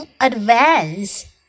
advance